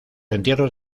entierros